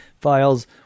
files